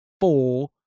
four